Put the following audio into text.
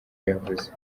yavuze